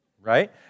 right